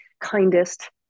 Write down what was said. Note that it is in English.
kindest